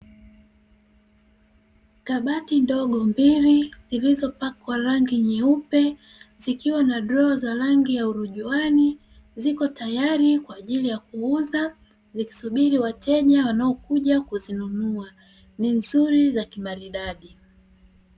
Kabati ndogo mbili zilizopakwa rangi nyeupe, zikiwa na droo za rangi ya urujuani, ziko tayari kwa ajili ya kuuza; zikisubiri wateja wanaokuja kuzinunua. Ni nzuri na za kimaridadi.